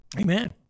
amen